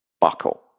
buckle